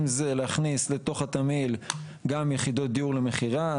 אם זה להכניס לתוך התמהיל גם יחידות דיור למכירה,